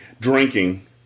drinking